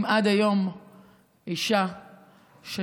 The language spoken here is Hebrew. אם עד היום אישה שנאנסה,